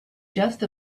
just